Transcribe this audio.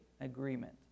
agreement